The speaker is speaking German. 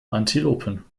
antilopen